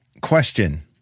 question